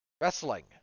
Wrestling